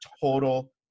total